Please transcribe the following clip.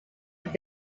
have